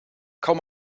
kaum